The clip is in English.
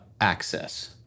access